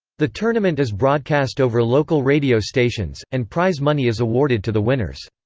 the tournament is broadcast over local radio stations, and prize money is awarded to the winners.